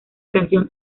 canción